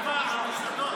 מתן, בחיפה, במסעדות,